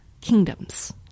Kingdoms